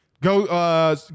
Go